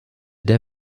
der